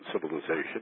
civilization